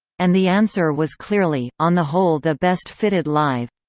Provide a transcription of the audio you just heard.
and the answer was clearly, on the whole the best fitted live.